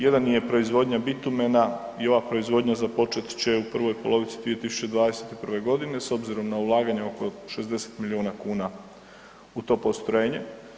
Jedan je proizvodnja bitumena i ova proizvodnja započet će u prvoj polovici 2021.g. s obzirom na ulaganja oko 60 milijuna kuna u to postrojenje.